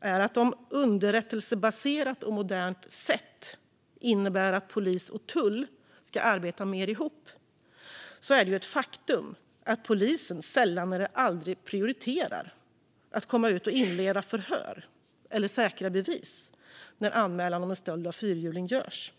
är att om "ett underrättelsebaserat och modernt sätt" innebär att polis och tull ska arbeta mer ihop är det ett faktum att polisen sällan eller aldrig prioriterar att komma ut och inleda förhör eller säkra bevis när en anmälan om stöld av fyrhjuling görs.